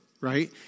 right